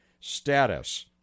status